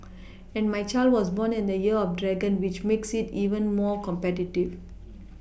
and my child was born in the year of dragon which makes it even more competitive